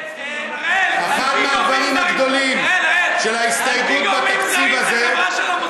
אראל, על-פי גורמים זרים זה חברה של המוסד.